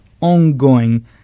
ongoing